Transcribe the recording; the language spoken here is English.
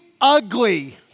ugly